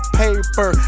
paper